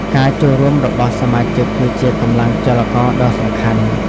ការចូលរួមរបស់សមាជិកគឺជាកម្លាំងចលករដ៏សំខាន់។